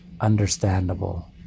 understandable